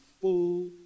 full